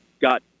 got